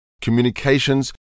communications